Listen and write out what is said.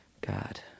God